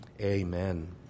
Amen